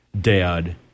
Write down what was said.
dad